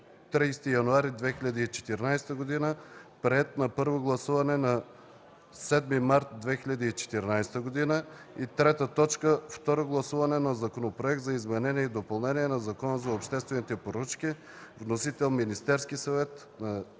30 януари 2014 г., приет на първо гласуване на 7 март 2014 г. 3. Второ гласуване на Законопроект за изменение и допълнение на Закона за обществените поръчки. Вносител е Министерският съвет на